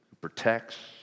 protects